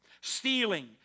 Stealing